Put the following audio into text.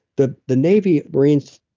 the the navy, marines,